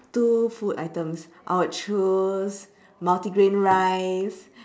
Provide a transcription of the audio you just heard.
two food items I would choose multigrain rice